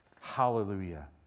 Hallelujah